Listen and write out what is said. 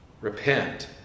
repent